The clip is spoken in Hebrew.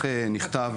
מצגת).